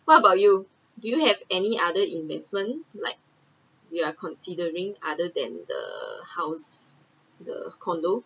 what about you do you have any other investment like you are considering other than the house the condo